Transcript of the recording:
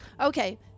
okay